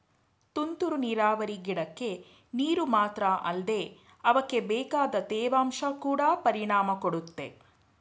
ತುಂತುರು ನೀರಾವರಿ ಗಿಡಕ್ಕೆ ನೀರು ಮಾತ್ರ ಅಲ್ದೆ ಅವಕ್ಬೇಕಾದ ತೇವಾಂಶ ಕೊಡ ಪರಿಣಾಮ ಕೊಡುತ್ತೆ